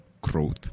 growth